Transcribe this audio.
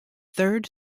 third